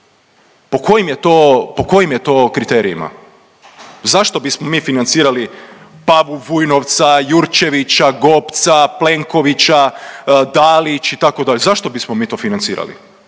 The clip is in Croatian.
Po kojim je to kriterijima? Zašto bismo mi financirali Pavu Vujnovca, Jurčevića, Gopca, Plenkovića, Dalić itd.? Zašto bismo mi to financirali?